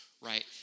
right